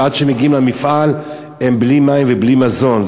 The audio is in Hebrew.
ועד שמגיעים למפעל הם בלי מים ובלי מזון.